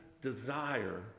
desire